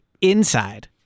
inside